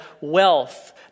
wealth